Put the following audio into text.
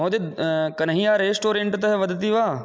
महोदय कन्हैया रेष्टोरेण्ट्तः वदति वा